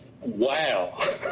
wow